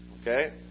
Okay